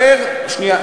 שנייה.